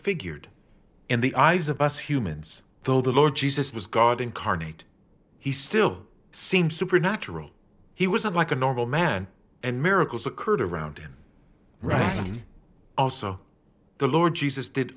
transfigured in the eyes of us humans though the lord jesus was god incarnate he still seems supernatural he was not like a normal man and miracles occurred around him right and also the lord jesus did